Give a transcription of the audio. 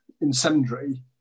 incendiary